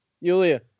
Yulia